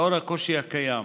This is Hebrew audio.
לאור הקושי הקיים